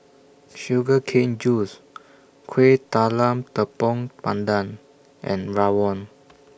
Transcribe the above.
Sugar Cane Juice Kueh Talam Tepong Pandan and Rawon